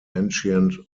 ancient